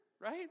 right